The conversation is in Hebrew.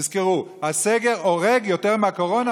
תזכרו: הסגר הורג יותר מהקורונה,